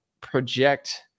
project